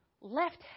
left